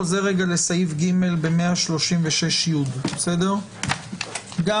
אני חוזר לסעיף (ג) בסעיף 136י. כדי